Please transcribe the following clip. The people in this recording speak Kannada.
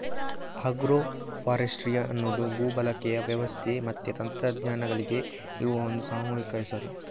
ಆಗ್ರೋ ಫಾರೆಸ್ಟ್ರಿ ಅನ್ನುದು ಭೂ ಬಳಕೆಯ ವ್ಯವಸ್ಥೆ ಮತ್ತೆ ತಂತ್ರಜ್ಞಾನಗಳಿಗೆ ಇರುವ ಒಂದು ಸಾಮೂಹಿಕ ಹೆಸರು